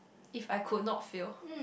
if I could not fail